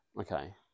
Okay